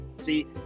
See